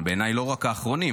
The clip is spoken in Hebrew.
בעיניי לא רק האחרונים,